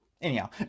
Anyhow